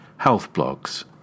healthblogs